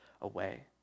away